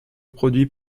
produit